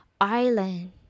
Island